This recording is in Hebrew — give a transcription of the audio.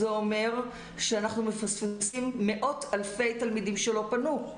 זה אומר שאנחנו מפספסים מאות אלפי תלמידים שלא פנו,